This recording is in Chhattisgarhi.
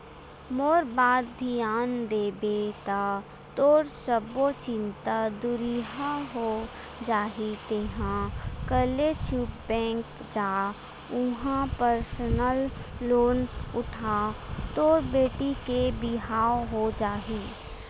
मोर बात धियान देबे ता तोर सब्बो चिंता दुरिहा हो जाही तेंहा कले चुप बेंक जा उहां परसनल लोन उठा तोर बेटी के बिहाव हो जाही